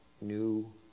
new